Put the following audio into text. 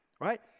right